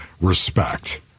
respect